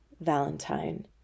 Valentine